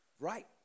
right